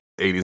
80s